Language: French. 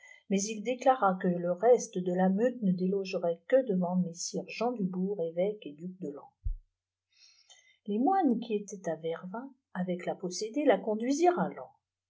maïs il déclara que le reste de la meute ne délogerait que devant messire jean dubourg évêque et duc de laon les moines qui étaient à veèvins'a veè la possédée la conduisirent